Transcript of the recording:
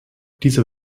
dieser